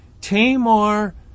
Tamar